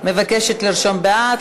מבקשת לרשום בעד,